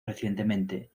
recientemente